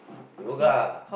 yoga